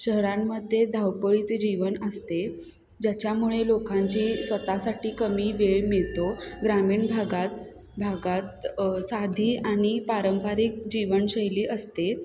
शहरांमध्ये धावपळीचे जीवन असते ज्याच्यामुळे लोकांची स्वत साठी कमी वेळ मिळतो ग्रामीण भागात भागात साधी आणि पारंपरिक जीवनशैली असते